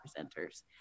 presenters